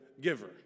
giver